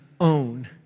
own